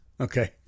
Okay